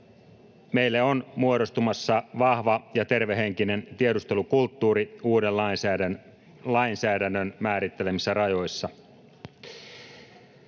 Meille on muodostumassa vahva ja tervehenkinen tiedustelukulttuuri uuden lainsäädännön määrittelemissä rajoissa.